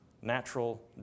natural